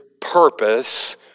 purpose